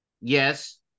yes